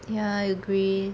ya I agree